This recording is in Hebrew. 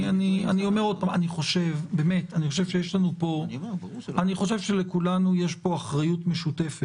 אני אומר עוד פעם: באמת אני חושב שלכולנו יש פה אחריות משותפת.